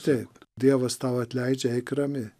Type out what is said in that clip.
taip dievas tau atleidžia eik rami